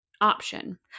option